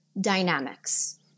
dynamics